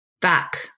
back